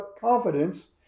confidence